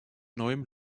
neuem